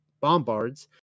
bombards